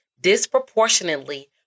disproportionately